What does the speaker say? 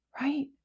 right